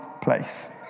place